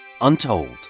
untold